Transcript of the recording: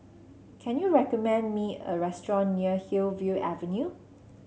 can you recommend me a restaurant near Hillview Avenue